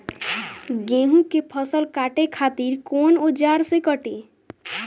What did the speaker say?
गेहूं के फसल काटे खातिर कोवन औजार से कटी?